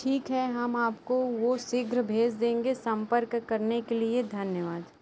ठीक है हम आपको वह शीघ्र भेज देंगे संपर्क करने के लिए धन्यवाद